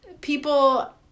people